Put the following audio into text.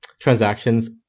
transactions